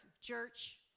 church